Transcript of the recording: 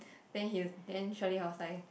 then he then Sharlene was like